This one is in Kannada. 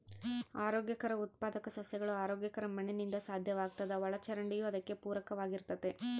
ಆರೋಗ್ಯಕರ ಉತ್ಪಾದಕ ಸಸ್ಯಗಳು ಆರೋಗ್ಯಕರ ಮಣ್ಣಿನಿಂದ ಸಾಧ್ಯವಾಗ್ತದ ಒಳಚರಂಡಿಯೂ ಅದಕ್ಕೆ ಪೂರಕವಾಗಿರ್ತತೆ